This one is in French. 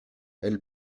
elle